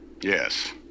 Yes